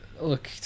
Look